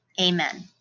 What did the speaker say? Amen